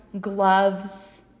gloves